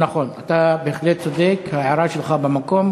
נכון, אתה בהחלט צודק, ההערה שלך במקום.